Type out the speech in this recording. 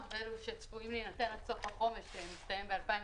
ואלו שצפויים להינתן עד סוף החומש שמסתיים ב-2021,